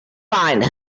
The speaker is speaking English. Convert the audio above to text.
find